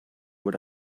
what